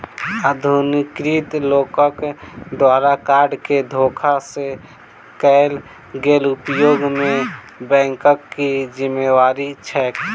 अनाधिकृत लोकक द्वारा कार्ड केँ धोखा सँ कैल गेल उपयोग मे बैंकक की जिम्मेवारी छैक?